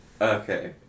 Okay